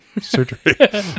Surgery